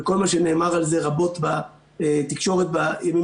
וכל מה שנאמר על זה רבות בתקשורת בימים